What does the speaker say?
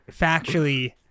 factually